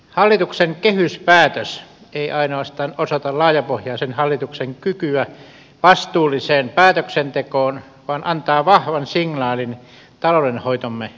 hallituksen kehyspäätös ei ainoastaan osoita laajapohjaisen hallituksen kykyä vastuulliseen päätöksentekoon vaan antaa vahvan signaalin taloudenhoitomme uskottavuudesta